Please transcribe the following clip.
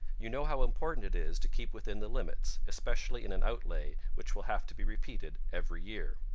you know how important it is to keep within the limits, especially in an outlay which will have to be repeated every year